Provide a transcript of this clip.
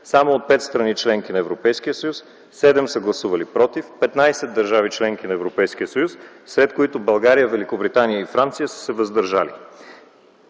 само от 5 страни - членки на Европейския съюз, 7 са гласували „против”, 15 държави - членки на Европейския съюз, сред които България, Великобритания и Франция са се въздържали.